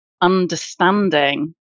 understanding